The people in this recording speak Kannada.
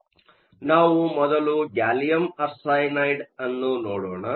ಆದ್ದರಿಂದ ನಾವು ಮೊದಲು ಗ್ಯಾಲಿಯಮ್ ಆರ್ಸೆನೈಡ್ ಅನ್ನು ನೋಡೋಣ